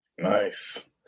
Nice